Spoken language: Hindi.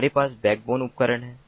हमारे पास बैकबोन उपकरण हैं